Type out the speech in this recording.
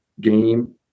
game